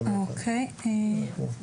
כבר היום יש הכרה בצורך של 16 אלף, זה אומר שבתום